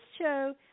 show